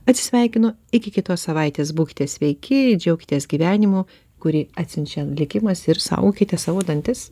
atsisveikinu iki kitos savaitės būkite sveiki džiaukitės gyvenimu kurį atsiunčia likimas ir saugokite savo dantis